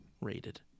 rated